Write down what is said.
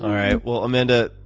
right. well, amanda,